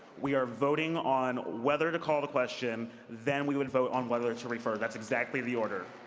we are voting on whether to call the question, then we would vote on whether to refer. that's exactly the order.